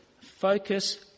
Focus